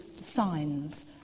signs